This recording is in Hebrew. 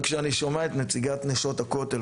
כשאני שומע את נציגת נשות הכותל,